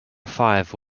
five